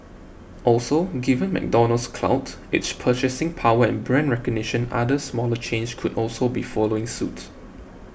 also given McDonald's clout its purchasing power and brand recognition other smaller chains could also be following suit